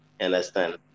understand